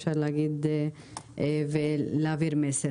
אפשר להגיד ולהעביר את המסר.